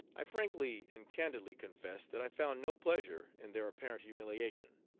i frankly and candidly confess that i found no pleasure in their apparent humiliation.